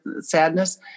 sadness